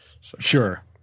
Sure